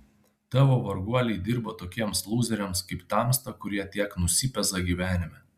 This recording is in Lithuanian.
tavo varguoliai dirba tokiems lūzeriams kaip tamsta kurie tiek nusipeza gyvenime